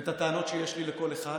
את הטענות שיש לי לכל אחד